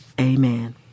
amen